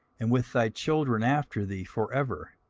and with thy children after thee for ever,